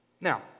Now